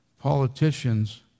politicians